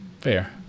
Fair